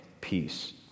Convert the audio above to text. peace